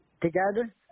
Together